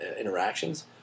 interactions